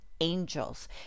angels